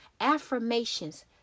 affirmations